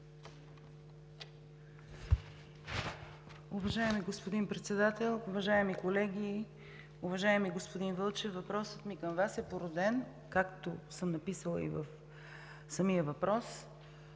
Уважаеми господин Председател, уважаеми колеги! Уважаеми господин Вълчев, въпросът ми към Вас е породен, както съм описала и в самия въпрос,